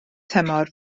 tymor